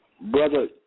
Brother